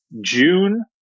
June